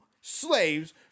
slaves